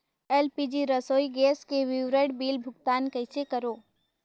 LPG रसोई gas के विवरण बिल भुगतान कइसे करों?